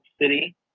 City